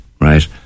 right